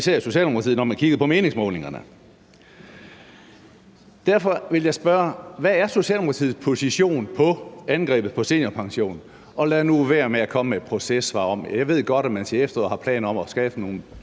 især Socialdemokratiet, når man kiggede på meningsmålingerne. Derfor vil jeg spørge: Hvad er Socialdemokratiets position på angrebet på seniorpensionen? Og lad nu være med at komme med et processvar om det. Jeg ved godt, at man